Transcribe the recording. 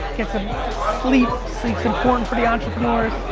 get some sleep. sleeps important for the entrepreneurs.